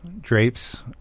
drapes